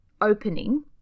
opening